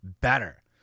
better